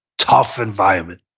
tough environment.